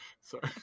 Sorry